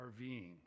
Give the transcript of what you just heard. RVing